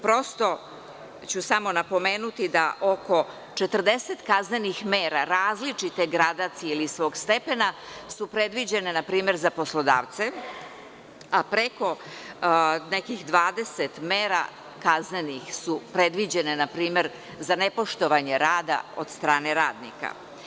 Prosto ću samo napomenuti da oko 40 kaznenih mera različite gradacije ili svog stepena su predviđene za poslodavce, a preko 20 mera, kaznenih, su predviđene za nepoštovanje rada od strane radnika.